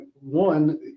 One